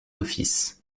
office